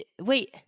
wait